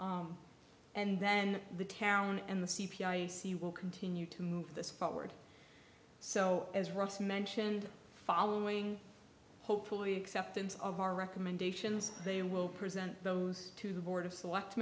and then the town and the c p i i see will continue to move this forward so as russ mentioned following hopefully acceptance of our recommendations they will present those to the board of